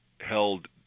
held